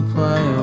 Play